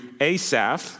Asaph